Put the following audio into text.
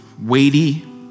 weighty